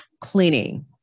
cleaning